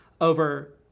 over